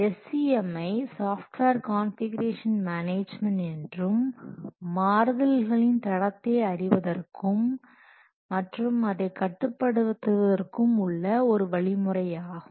SCM ஐ software configuration management என்றும் மாறுதல்களின் தடத்தை அறிவதற்கும் மற்றும் அதை கட்டுப்படுத்துவதற்கும் உள்ள ஒரு வழிமுறையாகும்